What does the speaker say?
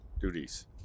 duties